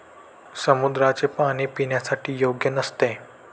समुद्राचे पाणी पिण्यासाठी योग्य नसते